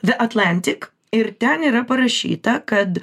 de atlantik ir ten yra parašyta kad